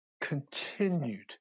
continued